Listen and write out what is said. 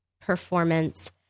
performance